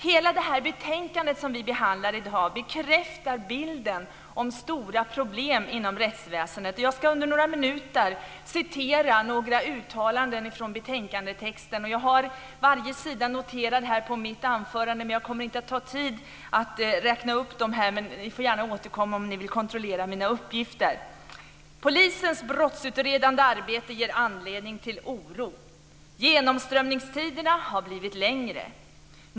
Hela det betänkande vi behandlar i dag bekräftar bilden av stora problem inom rättsväsendet. Jag ska under några minuter läsa upp några uttalanden från betänkandetexten. Jag kommer inte att ta mig tid att uppge sidorna. Men ni får gärna återkomma om ni vill kontrollera mina uppgifter. Polisens brottsutredande arbete ger anledning till oro. Genomströmningstiderna har blivit längre.